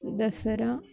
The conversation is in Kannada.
ದಸರಾ